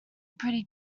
pretty